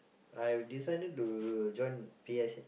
I've decided to join P_S_A